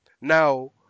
Now